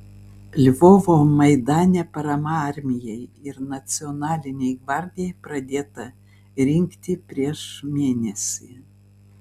lvovo maidane parama armijai ir nacionalinei gvardijai pradėta rinkti prieš mėnesį